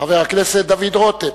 חבר הכנסת דוד רותם,